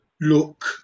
look